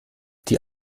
die